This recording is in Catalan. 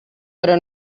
però